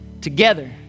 together